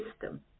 system